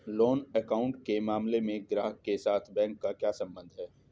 Loan account के मामले में ग्राहक के साथ बैंक का क्या संबंध है?